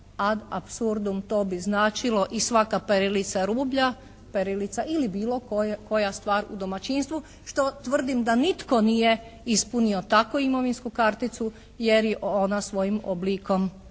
ad apsurdum, to bi značilo i svaka perilica rublja, perilica ili bilo koja stvar u domaćinstvu što tvrdim da nitko nije ispunio tako imovinsku karticu jer i ona svojim oblikom i